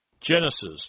Genesis